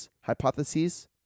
hypotheses